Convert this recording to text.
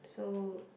so